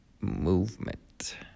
movement